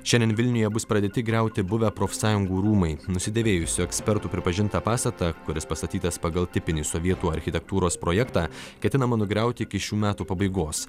šiandien vilniuje bus pradėti griauti buvę profsąjungų rūmai nusidėvėjusių ekspertų pripažintą pastatą kuris pastatytas pagal tipinį sovietų architektūros projektą ketinama nugriauti iki šių metų pabaigos